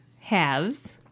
halves